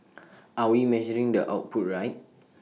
are we measuring the output right